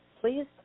please